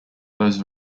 those